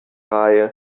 reihe